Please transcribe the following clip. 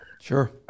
Sure